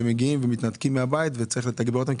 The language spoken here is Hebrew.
שמתנתקים מן הבית וצריך לתגבר אותם,